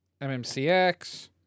MMCX